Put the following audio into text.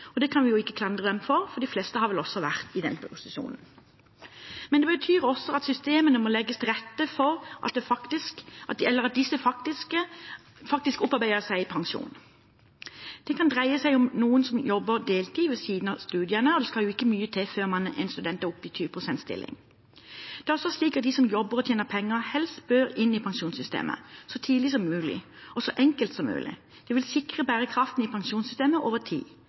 Det kan vi jo ikke klandre dem for, for de fleste har vel også vært i den posisjonen. Men det betyr også at systemene må legges til rette for at disse faktisk opparbeider seg pensjon. Det kan dreie seg om noen som jobber deltid ved siden av studiene, og det skal jo ikke mye til før en student er oppe i 20 pst. stilling. Det er også slik at de som jobber og tjener penger, helst bør inn i pensjonssystemet så tidlig som mulig og så enkelt som mulig. Det vil sikre bærekraften i pensjonssystemet over tid.